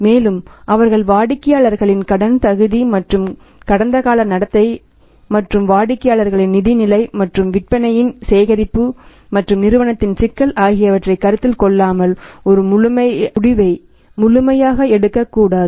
மேலும் அவர்கள் வாடிக்கையாளர்களின் கடன் தகுதி மற்றும் கடந்தகால நடத்தை மற்றும் வாடிக்கையாளரின் நிதி நிலை மற்றும் விற்பனையின் சேகரிப்பு மற்றும் நிறுவனத்தின் சிக்கல் ஆகியவற்றைக் கருத்தில் கொள்ளாமல் ஒரு முடிவை முழுமையாக எடுத்துக் கூடாது